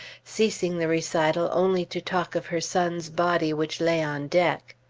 ceasing the recital only to talk of her son's body which lay on deck.